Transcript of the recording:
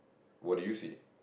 what do you see